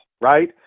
right